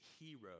hero